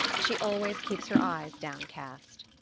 she always keeps her eyes downcast.